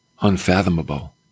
unfathomable